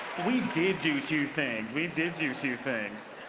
we did do two things. we did do two things.